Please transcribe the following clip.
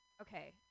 Okay